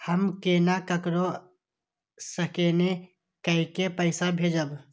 हम केना ककरो स्केने कैके पैसा भेजब?